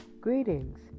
Greetings